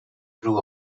grew